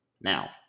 Now